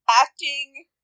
acting